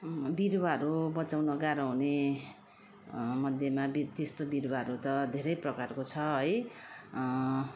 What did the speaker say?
बिरुवाहरू बचाउन गाह्रो हुने मध्येमा त्यस्तो बिरुवाहरू त धेरै प्रकारको छ है